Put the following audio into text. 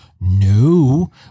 No